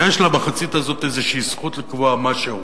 יש למחצית הזו זכות כלשהי לקבוע משהו.